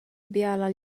biala